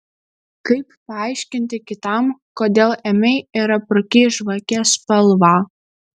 kaip paaiškinti kitam kodėl ėmei ir aprūkei žvake spalvą